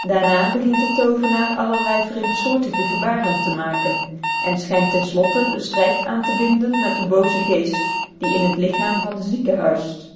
daarna begint de toovenaar allerlei vreemdsoortige gebaren te maken en schijnt ten slotte den strijd aan te binden met den boozen geest die in het lichaam van den zieke huist